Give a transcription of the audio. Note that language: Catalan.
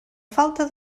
falta